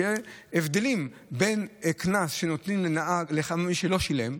שיהיו הבדלים בין קנס שנותנים למי שלא שילם,